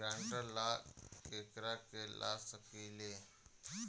ग्रांतर ला केकरा के ला सकी ले?